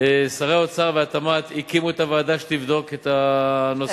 שר האוצר ושר התמ"ת הקימו את הוועדה שתבדוק את הנושא.